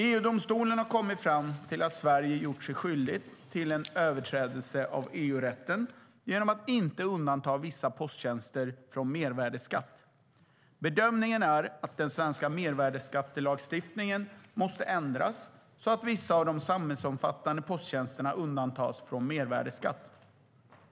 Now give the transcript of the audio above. EU-domstolen har kommit fram till att Sverige gjort sig skyldigt till en överträdelse av EU-rätten genom att inte undanta vissa posttjänster från mervärdesskatt. Bedömningen är att den svenska mervärdesskattelagstiftningen måste ändras så att vissa av de samhällsomfattande posttjänsterna undantas från mervärdesskatt.